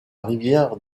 rivière